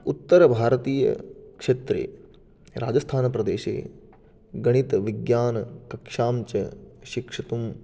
उत्तरभारतीयक्षेत्रे राजस्थानप्रदेशे गणितविज्ञानकक्षां च शिक्षितुं